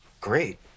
great